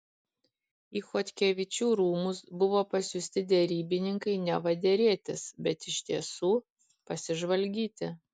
į chodkevičių rūmus buvo pasiųsti derybininkai neva derėtis bet iš tiesų pasižvalgyti